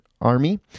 Army